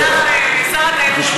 מה הזכיר לך, שר התיירות?